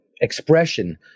expression